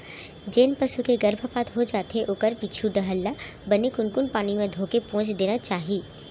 जेन पसू के गरभपात हो जाथे ओखर पीछू डहर ल बने कुनकुन पानी म धोके पोंछ देना चाही